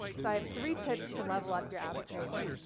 i have three tips to level up your ad craving.